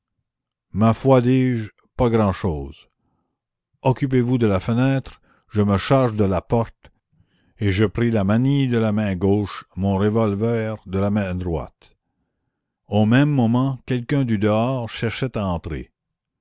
ma foi dis-je pas grand'chose occupez-vous de la fenêtre je me charge de la porte et je pris la manille de la main gauche mon revolver de la droite au même moment quelqu'un du dehors cherchait à entrer